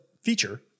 feature